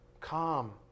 calm